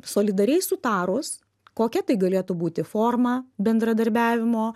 solidariai sutarus kokia tai galėtų būti forma bendradarbiavimo